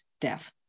death